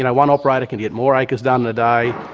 and one operator can get more acres done in a day,